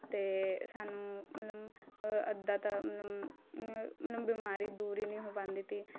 ਅਤੇ ਸਾਨੂੰ ਮਤਲਬ ਅੱਧਾ ਤਾਂ ਮਤਲਬ ਮਤਲਬ ਬਿਮਾਰੀ ਦੂਰ ਹੀ ਨਹੀਂ ਹੋ ਪਾਉਂਦੀ ਸੀ